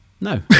no